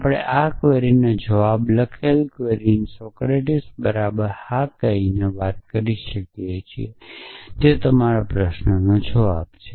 આપણે આ ક્વેરીના જવાબ લખેલી ક્વેરીને સોક્રેટીસની બરાબર હા કહીને વાત કરી શકીએ છીએ તે તમારા પ્રશ્નનો જવાબ છે